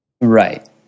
Right